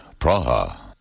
Praha